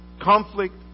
conflict